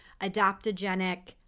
adaptogenic